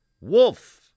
Wolf